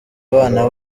abana